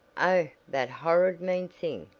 oh, that horrid mean thing,